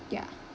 ya